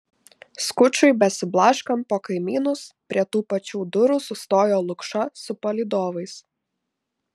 skučui besiblaškant po kaimynus prie tų pačių durų sustojo lukša su palydovais